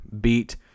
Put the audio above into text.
beat